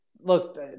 Look